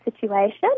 situation